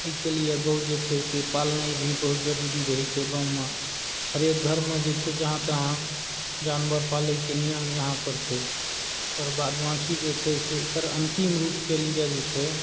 एहिके लिए गौ जे छै से पालनाइ बहुत जरुरी रहैत छै गाँवमे हरेक घरमे जे छै जहाँ तहाँ जानवर पालयके नियम यहाँ पर छै आओर बाद बाकी जे छै से एकर अंतिम रूपके लिअ जे छै